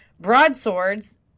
Broadswords